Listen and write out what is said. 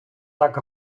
так